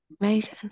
Amazing